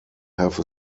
have